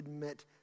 admit